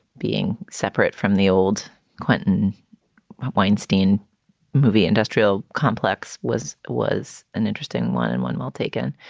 being separate from the old clinton weinstein movie industrial complex was was an interesting one and one well taken.